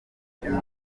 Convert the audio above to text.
inkingo